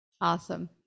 Awesome